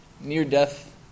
near-death